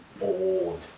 old